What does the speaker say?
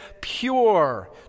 pure